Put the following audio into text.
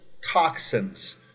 toxins